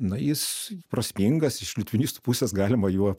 na jis prasmingas iš litvinistų pusės galima juo